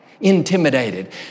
intimidated